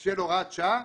של הוראת השעה